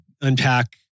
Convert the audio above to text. unpack